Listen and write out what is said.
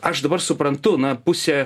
aš dabar suprantu na pusė